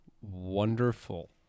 wonderful